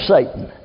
Satan